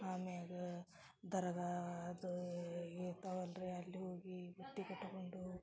ಅಮ್ಯಾಗ ದರ್ಗಾ ಅದೂ ಇರ್ತಾವೆ ಅಲ್ಲಿ ರೀ ಅಲ್ಲಿ ಹೋಗಿ ಬುತ್ತಿ ಕಟ್ಕೊಂಡು